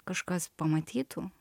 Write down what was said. kažkas pamatytų